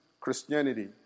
Christianity